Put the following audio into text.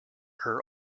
her